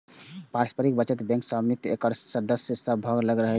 पारस्परिक बचत बैंकक स्वामित्व एकर सदस्य सभ लग रहै छै